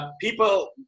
people